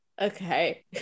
okay